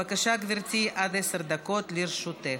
בבקשה, גברתי, עד עשר דקות לרשותך.